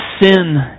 sin